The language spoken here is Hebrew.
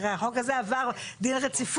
כי הרי החוק הזה עבר דין רציפות,